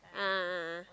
a'ah a'ah